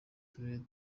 turere